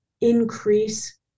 increase